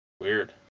Weird